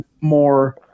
more